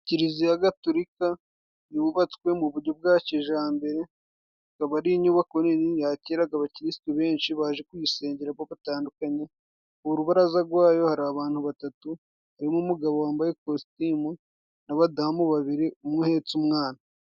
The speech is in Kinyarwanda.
Kiliziya Gatolika yubatswe mu buryo bwa kijambere. Ikaba ari inyubako nini yakiraga abakirisitu benshi baje kuyisengeramo batandukanye. Mu rubaraza rwayo hari abantu batatu, harimo umugabo wambaye kositimu n'abadamu babiri umwe uhetse umwana.